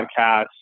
podcasts